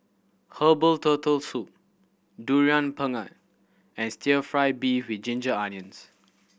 herbal Turtle Soup Durian Pengat and Stir Fry beef with ginger onions